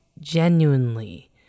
genuinely